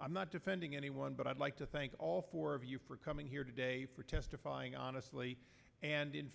i'm not defending anyone but i'd like to thank all four of you for coming here today for testifying honestly and in